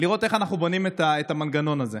איך אנחנו בונים את המנגנון הזה.